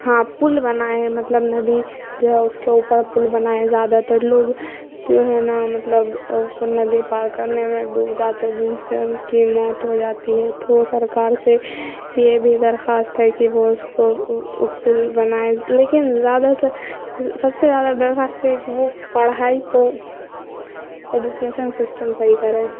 ہاں پل بنائے مطلب ندی جو ہے اس کے اوپر پل بنائے زیادہ تر لوگ جو ہے نا مطلب ندی پار کرنے میں ڈوب جاتے ہیں جن سے ان کی موت ہو جاتی ہے تو سرکار سے یہ بھی درخواست ہے کہ وہ اس کو پل بنائے لیکن زیادہ تر سب سے زیادہ درخواست ہے کہ وہ پڑھائی کو ایجوکیشن سسٹم صحیح کریں